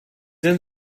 and